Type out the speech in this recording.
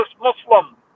muslim